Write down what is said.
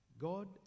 God